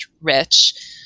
rich